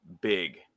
big